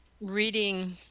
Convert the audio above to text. reading